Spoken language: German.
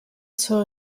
zur